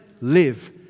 live